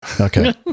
Okay